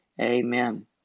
amen